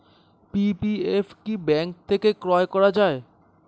PPF কি bank থেকে ক্রয় করা যায়?